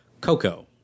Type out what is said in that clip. Coco